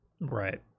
Right